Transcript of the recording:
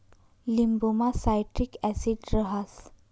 लिंबुमा citric acid रहास